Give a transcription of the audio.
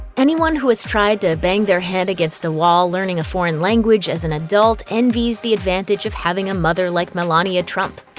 anyone who has tried to bang their head against a wall learning a foreign language as an adult envies the advantage of having a mother like melania trump.